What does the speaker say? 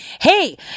Hey